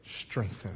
strengthen